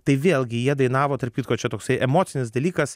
tai vėlgi jie dainavo tarp kitko čia toksai emocinis dalykas